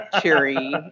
cheery